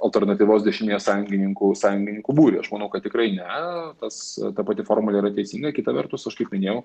alternatyvios dešinės sąjungininkų sąjungininkų būrį aš manau kad tikrai ne tas ta pati formulė yra teisinga kita vertus aš kaip minėjau